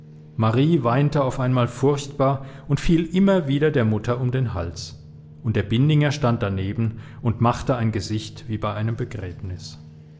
marie weinte auf einmal furchtbar und fiel immer wieder der mutter um den hals und der bindinger stand daneben und machte ein gesicht wie bei einem begräbnis